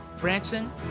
Branson